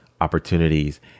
opportunities